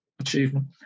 achievement